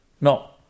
No